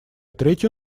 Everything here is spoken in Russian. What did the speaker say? третью